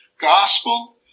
gospel